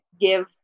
give